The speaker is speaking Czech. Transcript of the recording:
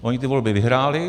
Oni ty volby vyhráli.